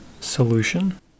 Solution